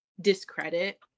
discredit